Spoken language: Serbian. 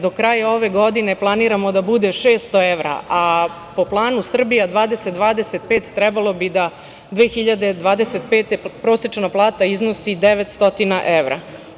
Do kraja ove godine planiramo da bude 600 evra, a po planu Srbija 2025 trebalo bi da 2025. prosečna plata iznosi 900 evra.